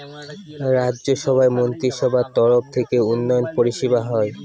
রাজ্য সভার মন্ত্রীসভার তরফ থেকে উন্নয়ন পরিষেবা হয়